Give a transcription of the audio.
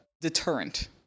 deterrent